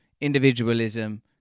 individualism